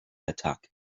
attack